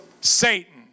Satan